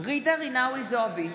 ג'ידא רינאוי זועבי,